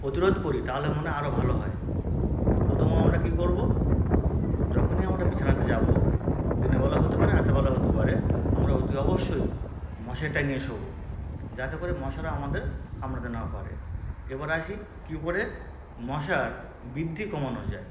প্রতিরোধ করি তাহলে মনে হয় আরো ভালো হয় তো প্রথমে আমরা কি করব যখনই আমরা বিছানাতে যাব দিনের বেলাও হতে পারে রাতের বেলাও হতে পারে আমরা অতি অবশ্যই মশারি টাঙিয়ে শোবো যাতে করে মশারা আমাদের কামড়াতে না পারে এবারে আসি কী করে মশার বৃদ্ধি কমানো যায়